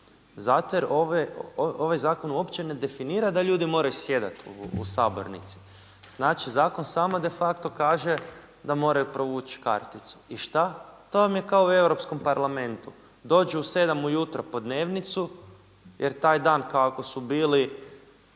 zato jer ovaj zakon uopće ne definira da ljudi moraju sjediti u sabornici. Znači, zakon samo de facto kaže da moraju provući karticu. I šta, to vam je kao u Europskom parlamentu. Dođu u 7 ujutro po dnevnicu jer taj dan ako su bili